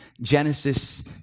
Genesis